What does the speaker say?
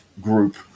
group